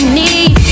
need